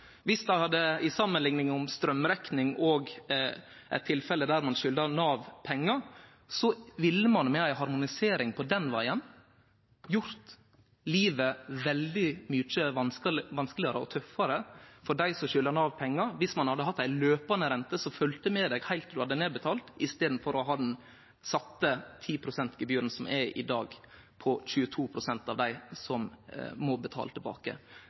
om straumrekning og eit tilfelle der ein skuldar Nav pengar. Med ei harmonisering den vegen ville ein gjort livet veldig mykje vanskelegare og tøffare for dei som skuldar Nav pengar, viss ein hadde hatt ei løpande rente som følgde med heilt til ein hadde betalt ned, i staden for å ha det 10 pst.-gebyret som i dag gjeld for 22 pst. av dei som må betale tilbake.